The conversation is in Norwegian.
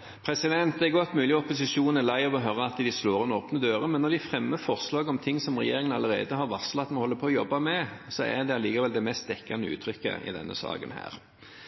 Det er godt mulig at opposisjonen er lei av å høre at de slår inn åpne dører, men når de fremmer forslag om noe som regjeringen allerede har varslet at den holder på å jobbe med, er det allikevel det mest dekkende